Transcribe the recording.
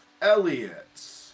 Elliot